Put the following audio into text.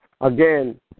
Again